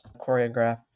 choreograph